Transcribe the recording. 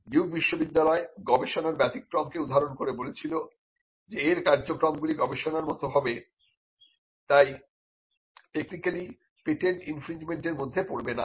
Duke বিশ্ববিদ্যালয় গবেষণার ব্যতিক্রমকে উদাহরণ করে বলেছিল যে এর কার্যক্রমগুলি গবেষণার মত হবে তাই টেকনিক্যালি পেটেন্ট ইনফ্রিনজিমেন্টের মধ্যে পড়বে না